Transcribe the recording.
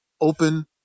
open